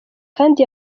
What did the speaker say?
kandi